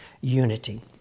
unity